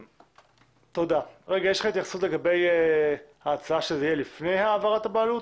יש לך התייחסות לגבי ההצעה שלי שהבדיקה תהיה לפני העברת הבעלות?